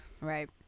Right